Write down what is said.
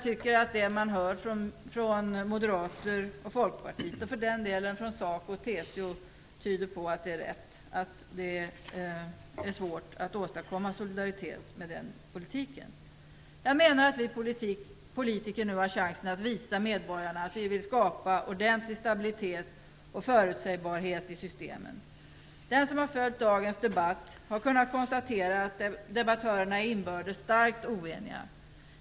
Det som man hör från TCO tyder på att det är svårt att åstadkomma solidaritet med den politiken. Jag menar att vi politiker nu har chansen att visa medborgarna att vi vill skapa ordentlig stabilitet och förutsägbarhet i systemen. Den som har följt dagens debatt har kunnat konstatera att debattörerna inbördes är starkt oeniga.